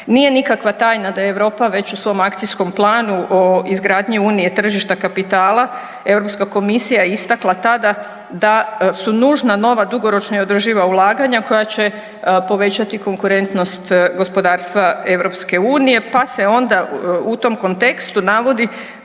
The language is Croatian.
Nije nikakva tajna da je Europa već u svom akcijskom planu izgradnje unije tržišta kapitala Europska komisija istakla tada da su nužna nova dugoročna i održiva ulaganja koja će povećati konkurentnost gospodarstva EU pa se onda u tom kontekstu navodi